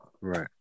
Right